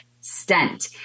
stent